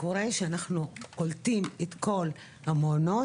שקורה שאנחנו קולטים את כל המעונות.